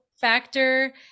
factor